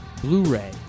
Blu-ray